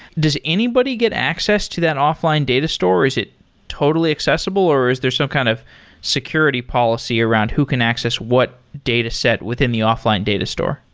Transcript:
does anybody get access to that offline data store? is it totally accessible or is there some kind of security policy around who can access what dataset within the offline data store?